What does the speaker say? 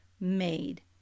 made